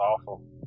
awful